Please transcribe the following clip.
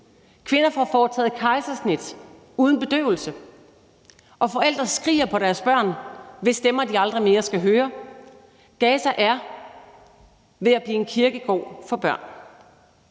Kvinder får foretaget kejsersnit uden bedøvelse. Og forældre skriger på deres børn, hvis stemmer de aldrig mere skal høre. Gaza er ved at blive en kirkegård for børn.